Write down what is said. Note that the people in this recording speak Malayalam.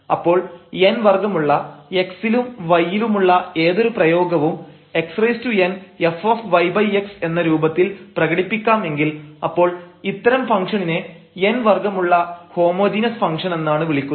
അപ്പോൾ n വർഗ്ഗമുള്ള x ലും y ലുമുള്ള ഏതൊരു പ്രയോഗവും xnfyx എന്ന രൂപത്തിൽ പ്രകടിപ്പിക്കാമെങ്കിൽ അപ്പോൾ ഇത്തരം ഫംഗ്ഷണിനെ n വർഗ്ഗമുള്ള ഹോമോജീനസ് ഫംഗ്ഷൻഎന്നാണ് വിളിക്കുന്നത്